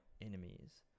enemies